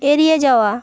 এড়িয়ে যাওয়া